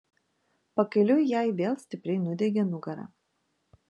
pakeliui jai vėl stipriai nudiegė nugarą